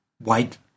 white